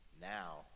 Now